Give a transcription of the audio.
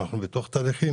אנחנו בתוך תהליכים.